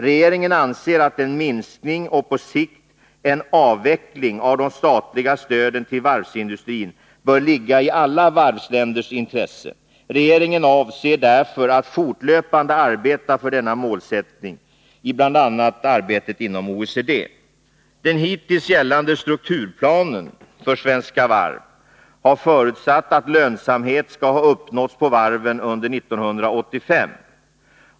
Regeringen anser att en minskning, och på sikt en avveckling, av de statliga stöden till varvsindustrin bör ligga i alla varvsländers intresse. Regeringen avser därför att fortlöpande arbeta för denna målsättning, bl.a. i arbetet inom OECD. Den hittills gällande strukturplanen för Svenska Varv AB har förutsatt att lönsamhet skall ha uppnåtts på varven under 1985.